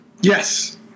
Yes